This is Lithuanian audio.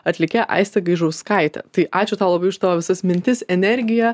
atlikėja aiste gaižauskaite tai ačiū tau labai už tavo visas mintis energiją